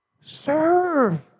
serve